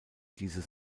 diese